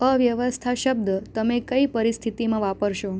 અવ્યવસ્થા શબ્દ તમે કઇ પરિસ્થિતિમાં વાપરશો